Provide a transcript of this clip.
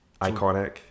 Iconic